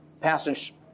passage